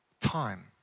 time